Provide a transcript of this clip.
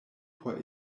por